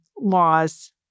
laws